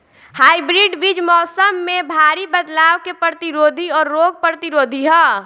hybrid बीज मौसम में भारी बदलाव के प्रतिरोधी और रोग प्रतिरोधी ह